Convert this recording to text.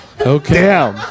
Okay